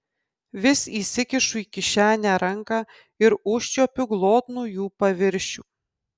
vis įsikišu į kišenę ranką ir užčiuopiu glotnų jų paviršių